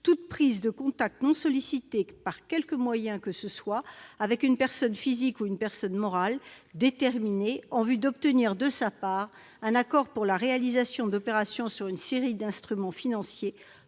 toute prise de contact non sollicitée, par quelque moyen que ce soit, avec une personne physique ou une personne morale déterminée, en vue d'obtenir, de sa part, un accord sur la réalisation d'opérations sur une série d'instruments financiers